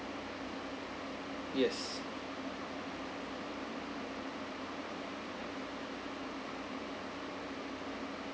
yes